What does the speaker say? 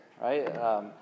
right